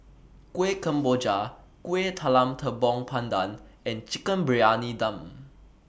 Kueh Kemboja Kueh Talam Tepong Pandan and Chicken Briyani Dum